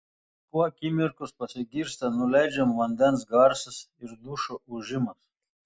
po akimirkos pasigirsta nuleidžiamo vandens garsas ir dušo ūžimas